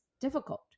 difficult